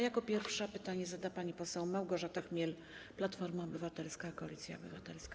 Jako pierwsza pytanie zada pani poseł Małgorzata Chmiel, Platforma Obywatelska - Koalicja Obywatelska.